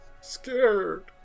scared